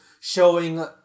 showing